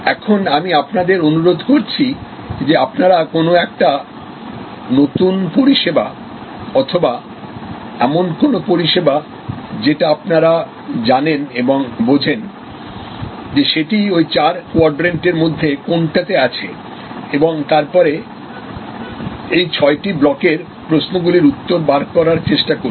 এখন আমি আপনাদের অনুরোধ করছি যে আপনারা কোন একটা নতুন পরিষেবা অথবা এমন কোন পরিষেবা যেটা আপনারা জানেন এবং বোঝেন যে সেটি ওই চারকোয়াড্রেন্ট র মধ্যে কোনটাতে আছে এবং তারপরে এই ছয়টি ব্লকের প্রশ্নগুলির উত্তর বার করার চেষ্টা করুন